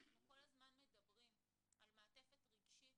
אנחנו כל הזמן מדברים על מעטפת רגשית